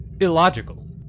Illogical